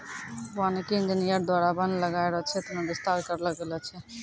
वानिकी इंजीनियर द्वारा वन लगाय रो क्षेत्र मे बिस्तार करलो गेलो छै